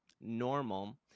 normal